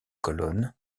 colonnes